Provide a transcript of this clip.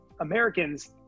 Americans